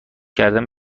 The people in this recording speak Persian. کردن